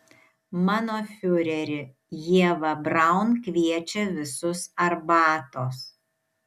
mano fiureri ieva braun kviečia visus arbatos